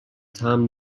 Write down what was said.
طعم